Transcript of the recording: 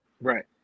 right